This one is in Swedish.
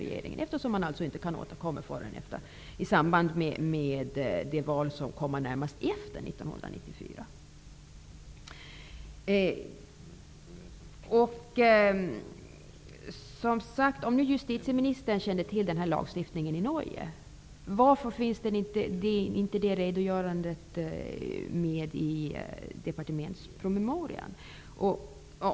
Regeringen kan inte återkomma förrän i samband med det val som kommer närmast efter 1994. Norge, varför finns inte redogörelsen med i departementspromemorian?